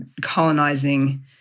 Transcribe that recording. colonizing